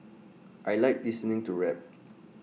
I Like listening to rap